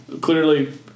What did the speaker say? clearly